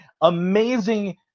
amazing